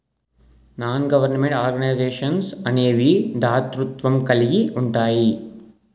non government organisations అనేవి దాతృత్వం కలిగి ఉంటాయి